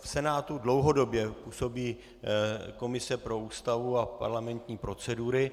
V Senátu dlouhodobě působí komise pro Ústavu a parlamentní procedury.